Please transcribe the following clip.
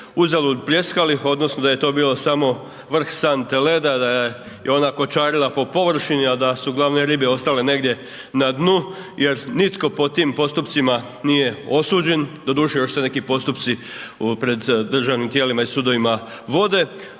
uzalud pljeskali odnosno da je to bilo samo vrh sante leda, da je ona kočarila po površini a da su glavne ribe ostale negdje na dnu jer nitko pod tim postupcima nije osuđen, doduše još se neki postupci pred državnim tijelima i sudovima vode